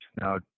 now